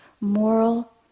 moral